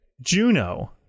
Juno